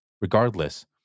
regardless